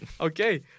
Okay